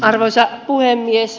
arvoisa puhemies